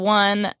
one